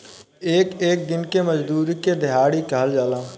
एक एक दिन के मजूरी के देहाड़ी कहल जाला